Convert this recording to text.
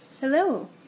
Hello